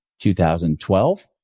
2012